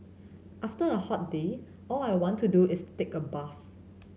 after a hot day all I want to do is take a bath